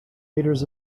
meters